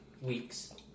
Weeks